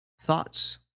thoughts